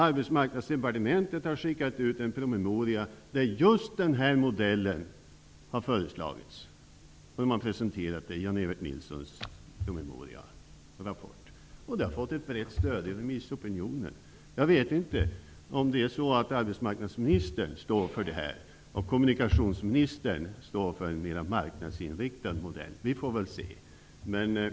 Arbetsmarknadsdepartementet har skickat ut en promemoria av Jan-Evert Nilsson där just den här modellen förslås. Promemorian har fått ett brett stöd i remissopinionen. Jag vet inte om arbetsmarknadsministern står för dessa idéer och om kommunikationsministern står för en mer marknadsinriktad modell. Vi får väl se.